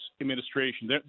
administration